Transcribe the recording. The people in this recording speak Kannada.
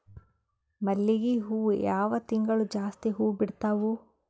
ಮಲ್ಲಿಗಿ ಹೂವು ಯಾವ ತಿಂಗಳು ಜಾಸ್ತಿ ಹೂವು ಬಿಡ್ತಾವು?